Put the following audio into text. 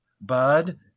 Bud